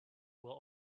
will